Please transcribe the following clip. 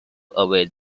always